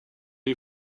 est